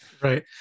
Right